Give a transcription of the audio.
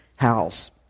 House